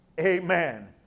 Amen